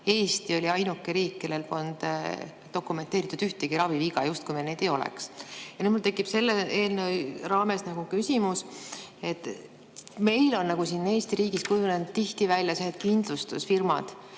Eesti oli ainuke riik, kellel polnud dokumenteeritud ühtegi raviviga, justkui meil neid ei oleks. Nüüd mul tekib selle eelnõu raames küsimus. Meil on nagu siin Eesti riigis kujunenud tihti välja see, et kindlustusfirmad